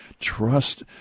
Trust